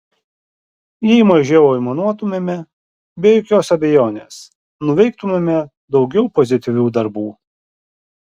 jei mažiau aimanuotumėme be jokios abejonės nuveiktumėme daugiau pozityvių darbų